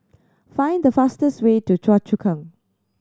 find the fastest way to Choa Chu Kang